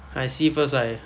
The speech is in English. I see first ah